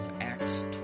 Acts